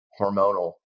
hormonal